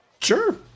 Sure